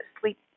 sleep